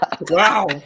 Wow